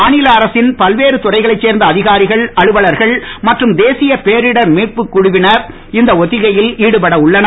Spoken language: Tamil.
மாநில அரசின் பல்வேறு துறைகளைச் சேர்ந்த அதிகாரிகள் அலுவலர்கள் மற்றும் தேசிய பேரிடர் மீட்புக்குழுவினர் இந்த ஒத்திகையில் ஈடுபட உள்ளனர்